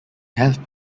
have